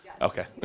Okay